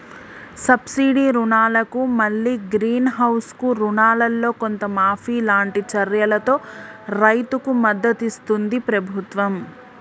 subsidy రుణాలను మల్లి green house కు రుణాలల్లో కొంత మాఫీ లాంటి చర్యలతో రైతుకు మద్దతిస్తుంది ప్రభుత్వం